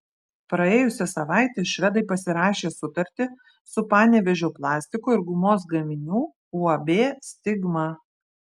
praėjusią savaitę švedai pasirašė sutartį su panevėžio plastiko ir gumos gaminių uab stigma